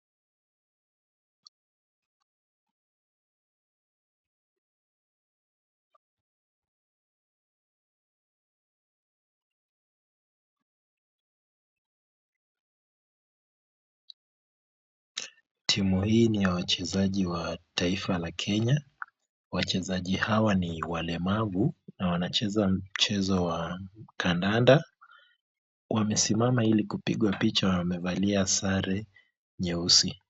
Timu hii ni ya wachezaji wa taifa la Kenya. Wachezaji hawa ni walemavu, na wanacheza mchezo wa kandanda, wamesimama ili kupigwa picha na wamevalia sare nyeusi.